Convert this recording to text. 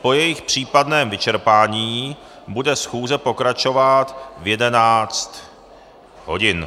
Po jejich případném vyčerpání bude schůze pokračovat v 11 hodin.